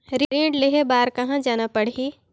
ऋण लेहे बार कहा जाना पड़ही?